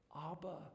Abba